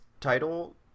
title